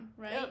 right